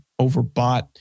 overbought